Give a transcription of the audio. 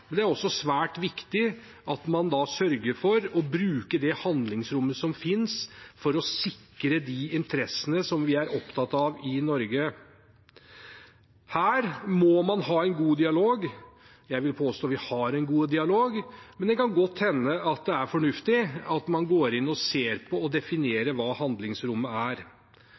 Det er også svært viktig at man sørger for å bruke det handlingsrommet som finnes, for å sikre de interessene som vi er opptatt av i Norge. Her må man ha en god dialog, jeg vil påstå at vi har en god dialog, men det kan godt hende det er fornuftig at man går inn og ser på og definerer hva handlingsrommet er.